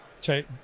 Take